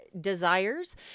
desires